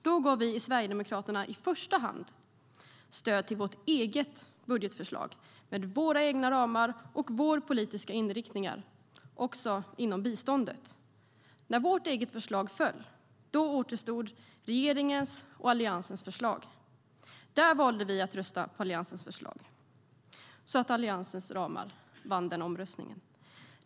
Då gav vi i Sverigedemokraterna i första hand stöd till vårt eget budgetförslag med våra egna ramar och vår politiska inriktning också inom biståndet. När vårt eget förslag föll återstod regeringens och Alliansens förslag. Då valde vi att rösta på Alliansens förslag, och Alliansens ramar vann alltså omröstningen.